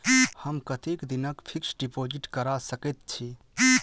हम कतेक दिनक फिक्स्ड डिपोजिट करा सकैत छी?